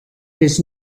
his